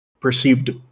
perceived